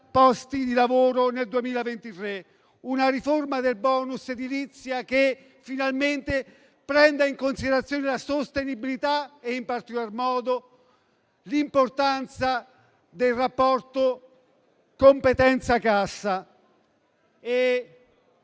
posti di lavoro nel 2023; una riforma del *bonus* edilizio, che finalmente prenda in considerazione la sostenibilità e in particolar modo l'importanza del rapporto tra competenza e cassa.